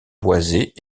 boisés